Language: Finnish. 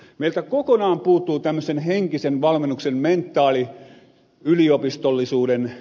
meiltä kokonaan puuttuu tämmöisen henkisen valmennuksen mentaaliyliopistollisuuden juttu